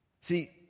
See